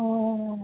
অ